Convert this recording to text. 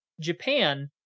Japan